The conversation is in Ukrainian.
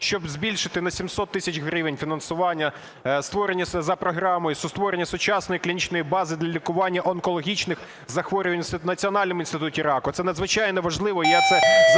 щоб збільшити на 700 тисяч гривень фінансування створення за програмою сучасної клінічної бази для лікування онкологічних захворювань в Національному інституті раку. Це надзвичайно важливо